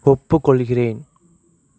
ஒப்புக்கொள்கிறேன்